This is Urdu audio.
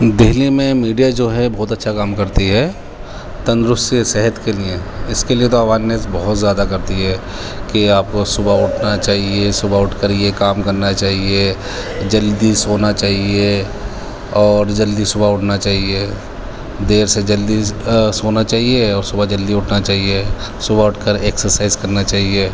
دہلی میں میڈیا جو ہے بہت اچھا کام کرتی ہے تندرستی صحت کے لیے اس کے لیے تو اویرنیس بہت زیادہ کرتی ہے کہ آپ کو صبح اٹھنا چاہیے صبح اٹھ کر یہ کام کرنا چاہیے جلدی سونا چاہیے اور جلدی صبح اٹھنا چاہیے دیر سے جلدی سونا چاہیے اور صبح جلدی اٹھنا چاہیے صبح اٹھ کر ایکسرسائز کرنا چاہیے